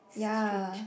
ya